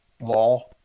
law